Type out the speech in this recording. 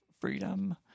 freedom